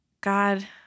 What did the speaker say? God